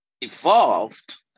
evolved